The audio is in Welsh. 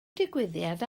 digwyddiad